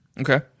Okay